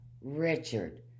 Richard